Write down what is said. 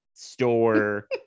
Store